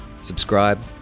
subscribe